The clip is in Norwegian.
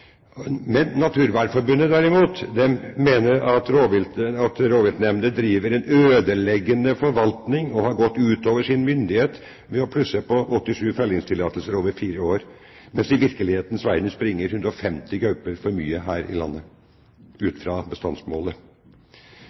Naturvernforbundet mener derimot at rovviltnemndene driver en ødeleggende forvaltning og har gått utover sin myndighet ved å plusse på 87 fellingstillatelser over fire år, mens det i virkelighetens verden springer 150 gauper for mye her i landet, ut fra bestandsmålet.